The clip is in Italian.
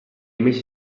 mesi